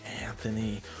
Anthony